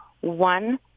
one